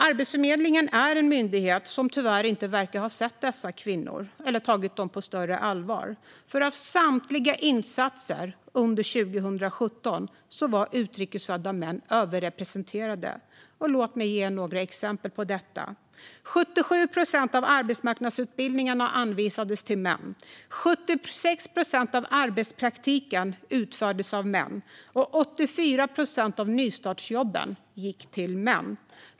Arbetsförmedlingen är en myndighet som tyvärr inte verkar ha sett dessa kvinnor eller tagit dem på större allvar. När det gäller samtliga insatser under 2017 var utrikesfödda män överrepresenterade. Låt mig ge några exempel på detta: Män anvisades 77 procent av arbetsmarknadsutbildningarna. 76 procent av arbetspraktiken utfördes av män. Och 84 procent av nystartsjobben gick till män.